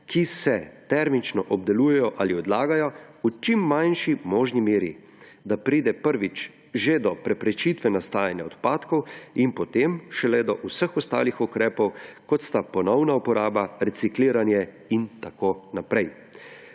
ki se termično obdelujejo ali odlagajo, v čim manjši možni meri. Da pride, prvič, že do preprečitve nastajanja odpadkov in potem šele do vseh ostalih ukrepov, kot sta ponovna uporaba, recikliranje in tako naprej.